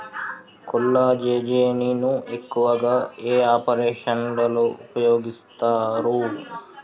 కొల్లాజెజేని ను ఎక్కువగా ఏ ఆపరేషన్లలో ఉపయోగిస్తారు?